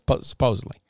supposedly